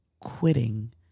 quitting